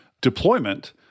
deployment